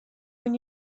when